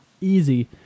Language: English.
easy